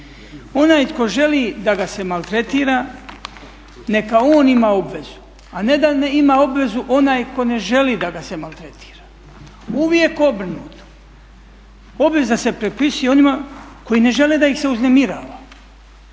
Onaj tko želi da ga se maltretira neka on ima obvezu, a ne da ima obvezu onaj tko ne želi da ga se maltretira. Uvijek obrnuto. Obveza se pripisuje onima koji ne žele da ih se uznemirava.